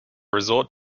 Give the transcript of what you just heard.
resort